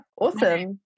Awesome